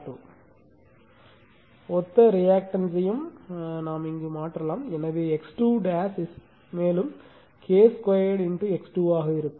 x2 ஒத்த ரியாக்டன்ஸ்யும் மாற்றப்படலாம் எனவே X2 மேலும் K 2 X2 ஆக இருக்கும்